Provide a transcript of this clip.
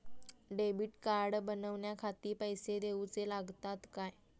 Debit card बनवण्याखाती पैसे दिऊचे लागतात काय?